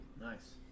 Nice